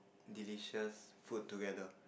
delicious food together